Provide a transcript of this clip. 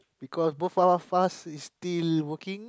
because both of us is still working